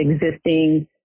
existing